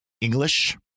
English